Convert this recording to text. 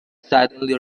suddenly